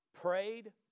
prayed